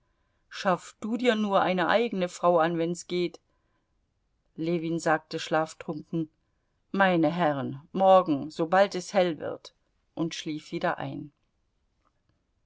schaff du dir nur eine eigene frau an wenn's geht ljewin sagte schlaftrunken meine herren morgen sobald es hell wird und schlief wieder ein